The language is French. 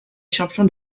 champion